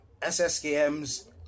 SSKM's